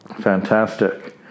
fantastic